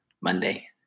Monday